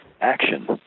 action